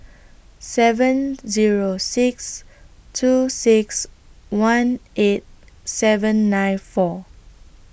seven Zero six two six one eight seven nine four